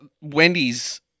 Wendy's